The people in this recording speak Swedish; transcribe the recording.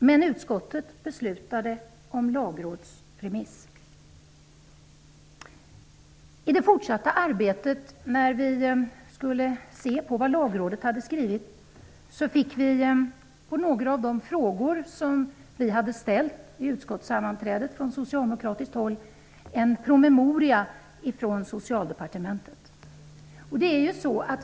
Men utskottet beslutade om lagrådsremiss. I det fortsatta arbetet när vi skulle ta del av vad Lagrådet hade skrivit fick vi socialdemokrater med anledning av några av de frågor som vi hade ställt vid utskottssammanträdet en promemoria från Socialdepartementet.